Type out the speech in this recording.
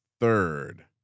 third